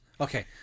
Okay